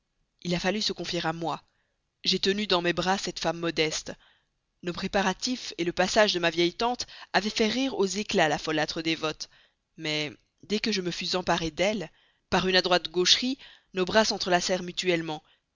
il a fallu se confier à moi j'ai tenu dans mes bras cette femme modeste nos préparatifs et le passage de ma vieille tante avaient fait rire aux éclats la folâtre dévote mais dès que je me fus emparé d'elle par une adroite gaucherie nos bras s'entrelacèrent mutuellement